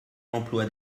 l’emploi